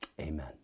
Amen